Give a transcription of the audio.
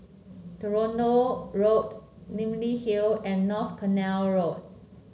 Toronto Road Namly Hill and North Canal Road